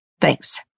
Thanks